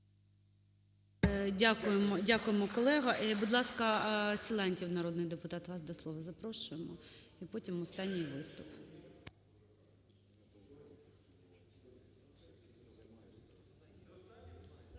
Дякуємо, колего. Будь ласка, Силантьєв, народний депутат, вас до слова запрошуємо і потім останній виступ.